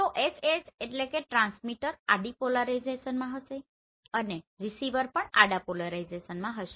તો HH એટલે કે ટ્રાન્સમીટર આડી પોલરાઇઝેશનમાં હશે અને રીસીવર પણ આડા પોલરાઇઝેશનમાં હશે